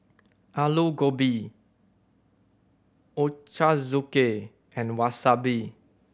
Alu Gobi Ochazuke and Wasabi